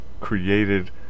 created